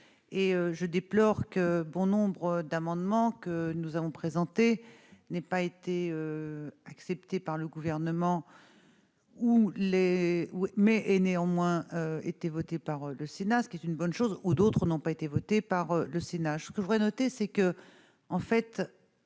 et je déplore que bon nombre d'amendements que nous avons présenté n'ait pas été accepté par le gouvernement ou les ou mais est néanmoins été votées par le Sénat, ce qui est une bonne chose ou d'autres n'ont pas été voté par le Sénat